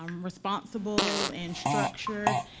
um responsible and structured,